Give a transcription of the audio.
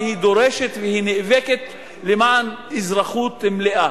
והיא דורשת והיא נאבקת למען אזרחות מלאה.